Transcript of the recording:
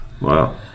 Wow